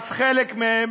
אז חלק מהן